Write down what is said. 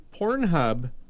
Pornhub